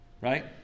right